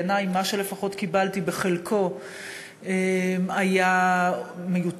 בעיני, לפחות מה שקיבלתי, בחלקו היה מיותר,